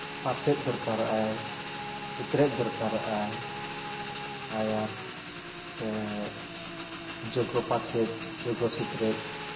ᱯᱟᱨᱥᱮᱫ ᱫᱚᱨᱠᱟᱨᱚᱜᱼᱟᱭ ᱥᱩᱛᱨᱮᱫ ᱫᱚᱨᱠᱟᱨᱚᱜᱼᱟᱭ ᱟᱨ ᱡᱚᱜᱚ ᱯᱟᱨᱥᱮᱫ ᱡᱚᱜᱚ ᱥᱩᱛᱨᱮᱫ